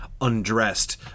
undressed